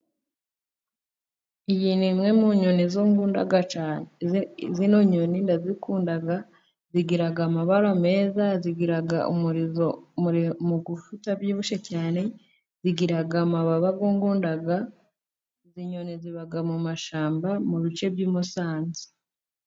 Iyi ni imwe mu nyoni zo nkunda cyane .izinyoni ndazikunda . Zigira amabara meza . Zigira umurizo mugufi utabyibushye cyane. Zigira amababa yo nkunda . Izi nyoni ziba mu mashyamba mu bice by'i Musanze.